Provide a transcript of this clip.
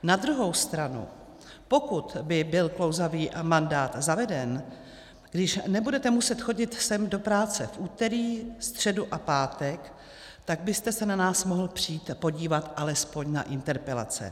Na druhou stranu pokud by byl klouzavý mandát zaveden, když nebudete muset chodit sem do práce v úterý, středu a pátek, tak byste se na nás mohl přijít podívat alespoň na interpelace.